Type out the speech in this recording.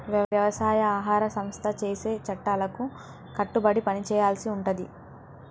వ్యవసాయ ఆహార సంస్థ చేసే చట్టాలకు కట్టుబడి పని చేయాల్సి ఉంటది